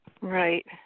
Right